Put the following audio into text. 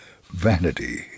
vanity